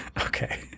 Okay